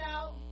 out